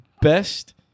best